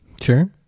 sure